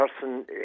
person